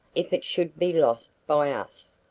if it should be lost by us.